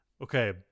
Okay